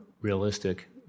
realistic